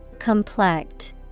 Complex